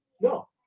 No